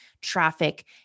traffic